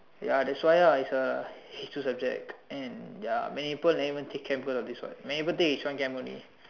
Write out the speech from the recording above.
ya that's why ah it's a H-two subject and ya many people never even take Chem because of this what many people take H-one Chem only